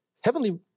heavenly